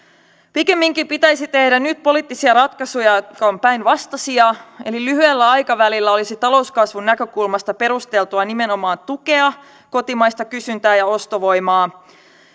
pikemminkin pitäisi tehdä nyt poliittisia ratkaisuja jotka ovat päinvastaisia eli lyhyellä aikavälillä olisi talouskasvun näkökulmasta perusteltua nimenomaan tukea kotimaista kysyntää ja ostovoimaa